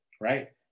Right